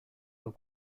aux